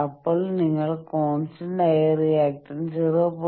അപ്പോൾ നിങ്ങൾ കോൺസ്റ്റന്റായ റിയാക്റ്റൻസ് 0